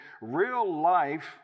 real-life